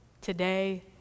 today